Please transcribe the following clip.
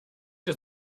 der